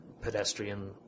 pedestrian